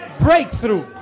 Breakthrough